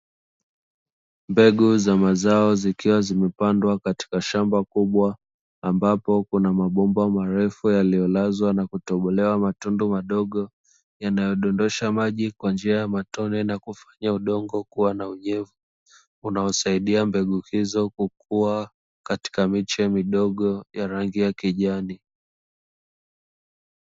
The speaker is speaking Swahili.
Mbegu za mazao zikiwa zimepandwa katika shamba kubwa, ambapo kuna mabomba marefu yaliyolazwa na kutobolewa matundu madogo yanayodondosha maji kwa njia ya matone na kufanya udongo kuwa na unyevu, unaosaidia mbegu hizo kukua katika miche midogo ya rangi ya kijani.